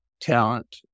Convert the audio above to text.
talent